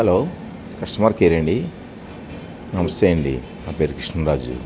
hello customer care అండి నమస్తే అండి నా పేరు కృష్ణంరాజు